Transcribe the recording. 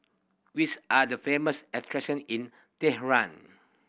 which are the famous attraction in Tehran